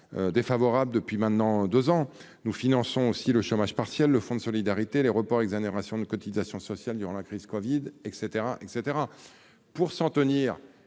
activité depuis maintenant deux ans. Nous finançons aussi le chômage partiel, le fonds de solidarité, les reports et exonérations de cotisations sociales durant la crise de la covid-19 ...